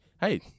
hey